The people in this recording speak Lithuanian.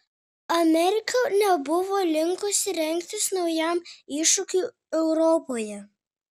amerika nebuvo linkusi rengtis naujam iššūkiui europoje